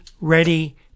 ready